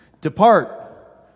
Depart